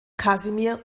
kasimir